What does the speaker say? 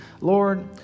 Lord